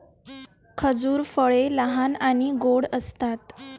खजूर फळे लहान आणि गोड असतात